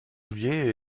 souliers